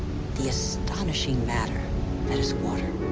the astonishing matter that is water.